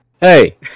Hey